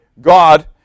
God